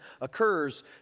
occurs